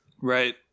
Right